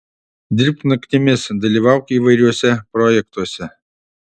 dirbk naktimis dalyvauk įvairiuose projektuose